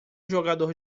jogador